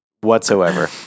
whatsoever